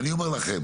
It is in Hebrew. ואני אומר לכם,